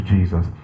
Jesus